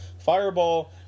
Fireball